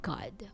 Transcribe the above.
God